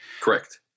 Correct